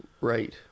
right